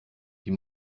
die